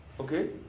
Okay